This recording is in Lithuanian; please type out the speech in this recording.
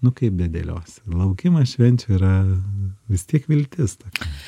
nu kaip bedėliosi laukimas švenčių yra vis tiek viltis tokia